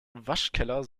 waschkeller